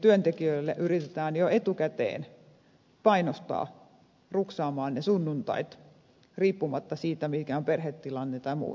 työntekijöitä yritetään jo etukäteen painostaa ruksaamaan ne sunnuntait riippumatta siitä mikä on perhetilanne tai muut syyt